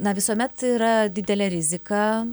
na visuomet yra didelė rizika